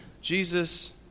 Jesus